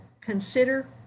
consider